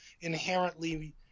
inherently